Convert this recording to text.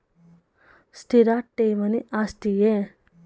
ಸ್ಥಿರ ಠೇವಣಿ ಆಸ್ತಿಯೇ?